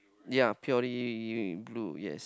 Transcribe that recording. ya purely blue yes